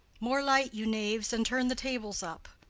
more light, you knaves! and turn the tables up,